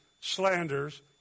slanders